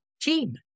team